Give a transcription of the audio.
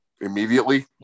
immediately